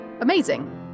amazing